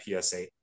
PSA